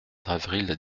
d’avril